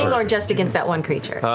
or just against that one creature?